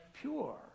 pure